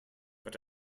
but